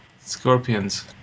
Scorpions